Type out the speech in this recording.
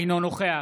אינו נוכח